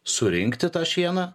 surinkti tą šieną